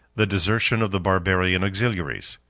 the desertion of the barbarian auxiliaries.